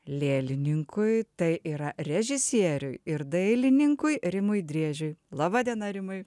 lėlininkui tai yra režisieriui ir dailininkui rimui driežiui laba diena rimai